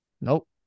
Nope